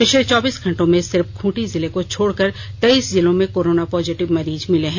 पिछले चौबीस घंटों में सिर्फ खूंटी जिले को छोड़कर तेईस जिलों में कोरोना पॉजिटिव मरीज मिले हैं